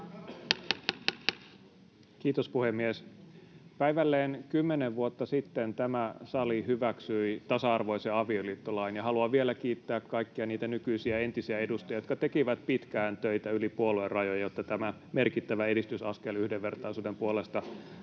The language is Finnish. Kiitos, puhemies! Päivälleen kymmenen vuotta sitten tämä sali hyväksyi tasa-arvoisen avioliittolain, ja haluan vielä kiittää kaikkia niitä nykyisiä ja entisiä edustajia, jotka tekivät pitkään töitä yli puoluerajojen, jotta tämä merkittävä edistysaskel yhdenvertaisuuden puolesta